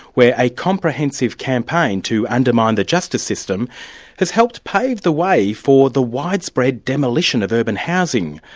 where a comprehensive campaign to undermine the justice system has helped pave the way for the widespread demolition of urban housing,